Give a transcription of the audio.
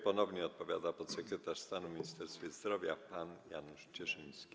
Ponownie odpowiada podsekretarz stanu w Ministerstwie Zdrowia pan Janusz Cieszyński.